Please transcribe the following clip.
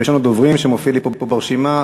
ראשון הדוברים שמופיע לי פה ברשימה,